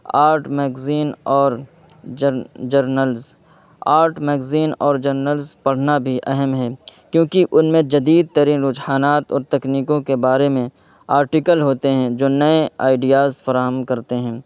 art magazine اور journals art magazine اور journals پڑھنا بھی اہم ہے کیونکہ ان میں جدید ترین رجحانات اور تکنیکوں کے بارے میں آرٹیکل ہوتے ہیں جو نئے آئیڈیاز فراہم کرتے ہیں